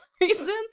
reason